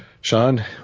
Sean